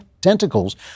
tentacles